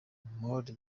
moore